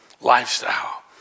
lifestyle